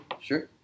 sure